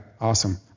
Awesome